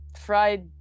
fried